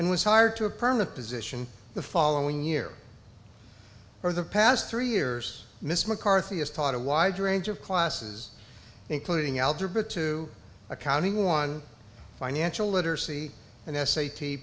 and was hired to a permanent position the following year for the past three years miss mccarthy has taught a wide range of classes including algebra two accounting one financial literacy and s